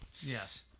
yes